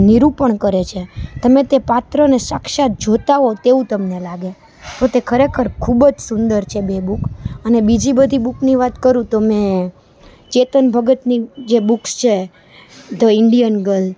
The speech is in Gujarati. નિરૂપણ કરે છે તમે તે પાત્રને સાક્ષાત જોતા હોય તેવું લાગે તો તે ખરેખર ખૂબ જ સુંદર છે બે બુક અને બીજી બધી બુકની વાત કરું તો મેં ચેતન ભગતની જે બુક્સ છે ધ ઈન્ડિયન ગર્લ